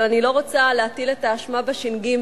אבל אני לא רוצה להטיל את האשמה בש"ג,